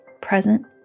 present